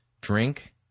drink